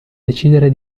decidere